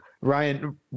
Ryan